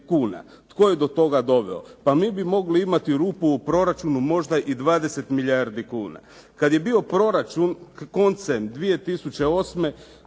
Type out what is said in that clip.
kuna. Tko je do toga doveo? Pa mi bi mogli imati rupu u proračunu možda i 20 milijardi kuna. Kad je bio proračun koncem 2008.